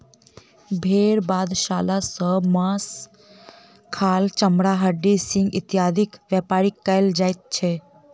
भेंड़ बधशाला सॅ मौस, खाल, चमड़ा, हड्डी, सिंग इत्यादिक व्यापार कयल जाइत छै